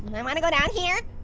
i mean wanna go down here?